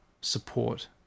support